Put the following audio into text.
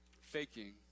faking